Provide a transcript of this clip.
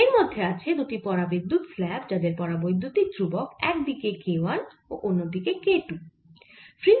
এর মধ্যে আছে দুটি পরাবিদ্যুত স্ল্যাব যাদের পরাবৈদ্যুতিক ধ্রুবক একদিকে k 1 ও অন্য দিকে k 2